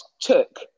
took